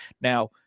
Now